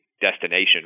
destination